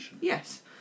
yes